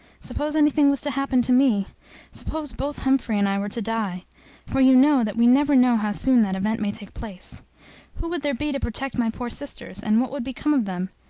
suppose anything was to happen to me suppose both humphrey and i were to die for you know that we never know how soon that event may take place who would there be to protect my poor sisters, and what would become of them?